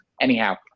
Anyhow